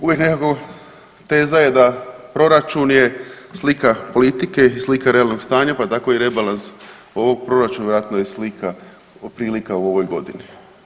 Uvijek nekako teza je da proračun je slika politike i slika realnog stanja pa tako i rebalans ovog proračuna vjerojatno je slika prilika u ovoj godini.